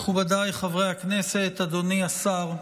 מכובדיי חברי הכנסת, אדוני השר,